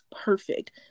perfect